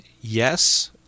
yes